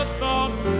thought